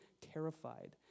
terrified